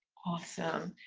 awesome.